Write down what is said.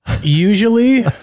Usually